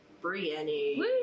Brienne